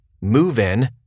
Move-In